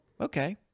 okay